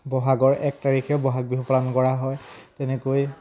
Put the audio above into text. ব'হাগৰ এক তাৰিখে বহাগ বিহু পালন কৰা হয় তেনেকৈ